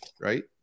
right